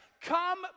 Come